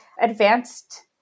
advanced